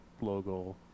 logo